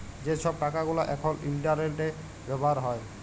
যে ছব টাকা গুলা এখল ইলটারলেটে ব্যাভার হ্যয়